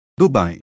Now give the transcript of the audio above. Dubai